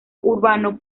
urbano